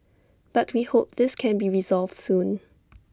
but we hope this can be resolved soon